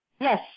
Yes